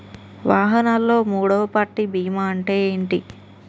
వాహనాల్లో మూడవ పార్టీ బీమా అంటే ఏంటి?